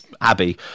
abbey